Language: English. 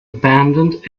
abandoned